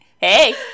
hey